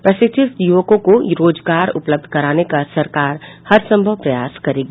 प्रशिक्षित युवकों को रोजगार उपलब्ध कराने का सरकार हरसंभव प्रयास करेगी